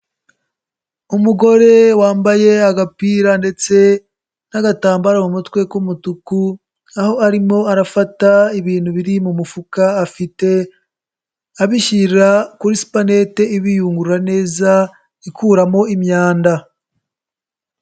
Umugore wambaye agapira ndetse n'agatambaro mu mutwe k'umutuku. Aho arimo arafata ibintu biri mu mufuka afite abishyira kuri supaneti ibiyungura neza ikuramo imyanda.